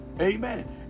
Amen